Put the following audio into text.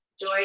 Joy